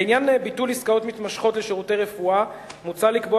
לעניין ביטול עסקאות מתמשכות לשירותי רפואה מוצע לקבוע